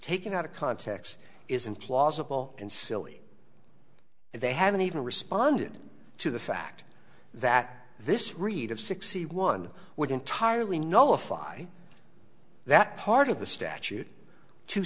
taken out of context is implausible and silly and they haven't even responded to the fact that this read of sixty one would entirely know if i that part of the statute to